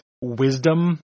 wisdom